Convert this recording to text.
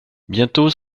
bientôt